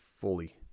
fully